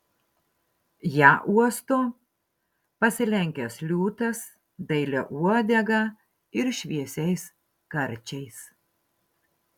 ją uosto pasilenkęs liūtas dailia uodega ir šviesiais karčiais